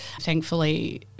thankfully